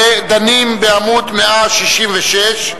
ודנים בעמוד 166,